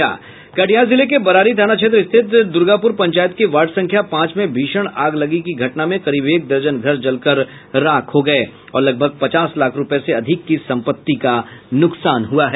कटिहार जिले के बरारी थाना क्षेत्र स्थित दुर्गापुर पंचायत के वार्ड संख्या पांच में भीषण आग लगने से करीब एक दर्जन घर जलकर राख हो गया और लगभग पचास लाख रुपये से अधिक की संपत्ति के नुकसान हुआ है